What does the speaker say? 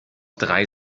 drei